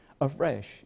afresh